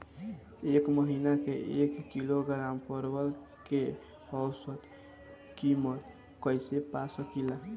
एक महिना के एक किलोग्राम परवल के औसत किमत कइसे पा सकिला?